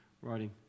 writing